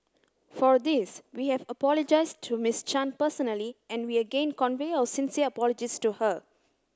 for this we have apologised to Miss Chan personally and we again convey our sincere apologies to her